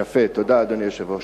יפה, תודה, אדוני היושב-ראש.